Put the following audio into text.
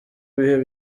bihe